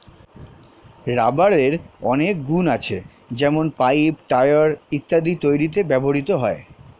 রাবারের অনেক গুন আছে যেমন পাইপ, টায়র ইত্যাদি তৈরিতে ব্যবহৃত হয়